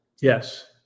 yes